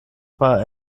war